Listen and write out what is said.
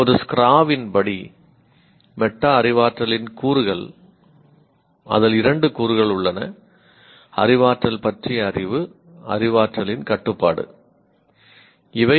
இப்போது ஸ்க்ராவின் படி மெட்டா அறிவாற்றலின் கூறுகள்அதில் இரண்டு கூறுகள் உள்ளன "அறிவாற்றல் பற்றிய அறிவு" "அறிவாற்றலின் கட்டுப்பாடு"